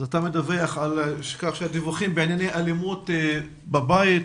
אתה מדווח על כך שהדיווחים בענייני אלימות בבית,